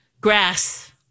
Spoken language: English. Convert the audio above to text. Grass